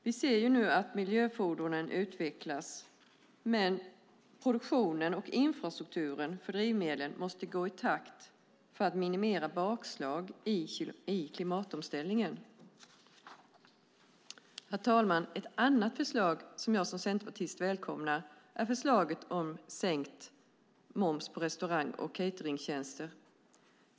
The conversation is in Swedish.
Vi ser nu att miljöfordonen utvecklas, men produktionen och infrastrukturen för biodrivmedlen måste gå i takt för att minimera bakslag i klimatomställningen. Herr talman! Ett annat förslag som jag som centerpartist välkomnar är förslaget om sänkt moms på restaurang och cateringtjänster.